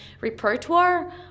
repertoire